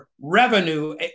revenue